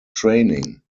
training